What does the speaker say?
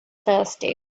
thirsty